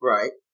Right